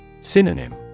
Synonym